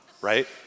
right